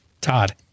Todd